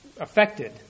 affected